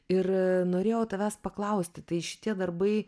ir norėjau tavęs paklausti tai šitie darbai